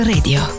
Radio